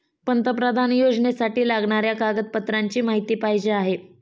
पंतप्रधान योजनेसाठी लागणाऱ्या कागदपत्रांची माहिती पाहिजे आहे